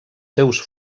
seus